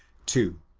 two.